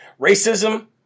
Racism